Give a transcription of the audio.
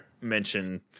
mention